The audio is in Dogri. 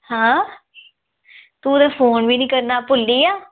हां तूं ते फोन बी नेईं करना भु'ल्ली गेआ